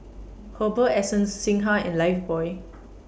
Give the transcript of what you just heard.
Herbal Essences Singha and Lifebuoy